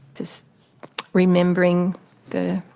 just remembering the